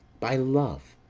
by love,